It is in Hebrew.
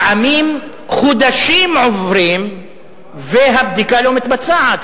לפעמים עוברים חודשים והבדיקה לא מתבצעת,